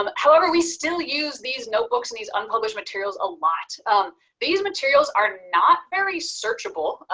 um however we still use these notebooks and these unpublished materials a lot. um these materials are not very searchable.